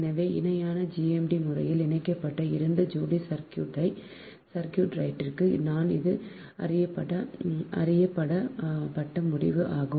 எனவே இணையான GMD முறையில் இணைக்கப்பட்ட 2 ஜோடி சர்க்யூட் ரைட்டிற்கு இது நன்கு அறியப்பட்ட முடிவு ஆகும்